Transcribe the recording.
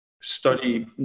study